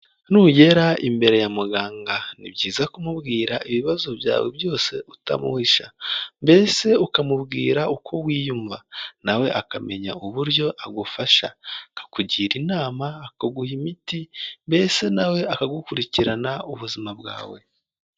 Nugera imbere ya muganga ni byiza kumubwira ibibazo byawe byose utamuhisha, mbese ukamubwira uko wiyumva, nawe akamenya uburyo agufasha, akakugira inama akaguha, imiti mbese nawe akagukurikirana ubuzima bwawe.